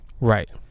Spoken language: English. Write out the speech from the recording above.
right